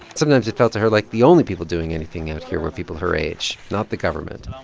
sometimes it felt to her like the only people doing anything out here were people her age, not the government.